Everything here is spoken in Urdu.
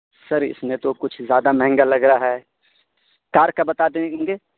سر اس میں تو کچھ زیادہ مہنگا لگ رہا ہے کار کا بتا دیں گے